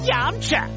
Yamcha